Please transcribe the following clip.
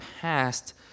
past